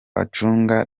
acunga